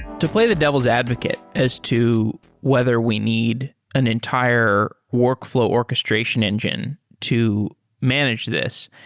to play the devil's advocate as to whether we need an entire workflow orchestration engine to manage this,